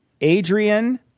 Adrian